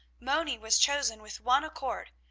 moni was chosen with one accord,